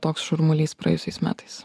toks šurmulys praėjusiais metais